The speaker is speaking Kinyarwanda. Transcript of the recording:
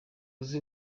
uzi